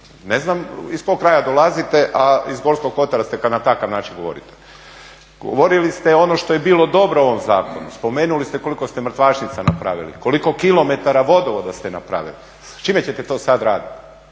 ne znam iz kog kraja dolazite a iz Gorskog kotara ste kad na takav način govorite. Govorili ste ono što je bilo dobro u ovom zakonu. Spomenuli ste koliko ste mrtvačnica napravili, koliko kilometara vodovoda ste napravili. S čime ćete to sad raditi?